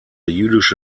jüdische